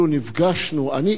אני אישית נפגשתי,